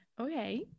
Okay